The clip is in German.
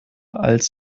als